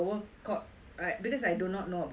court because I do not know about that